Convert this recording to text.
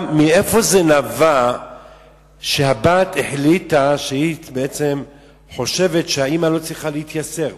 מאיפה נבע שהבת החליטה שהיא חושבת שהאמא לא צריכה להתייסר?